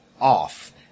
off